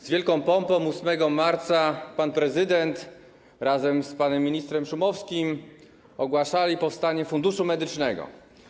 Z wielką pompą 8 marca pan prezydent razem z panem ministrem Szumowskim ogłaszali powstanie funduszu medycznego.